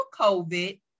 COVID